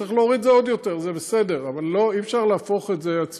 צריך להוריד את זה עוד יותר, זה בסדר.